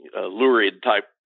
lurid-type